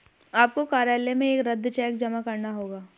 आपको कार्यालय में एक रद्द चेक जमा करना होगा